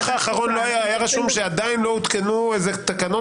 בדיווח האחרון היה רשום שעדיין לא עודכנו תקנות